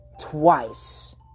twice